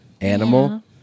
animal